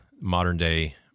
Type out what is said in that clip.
modern-day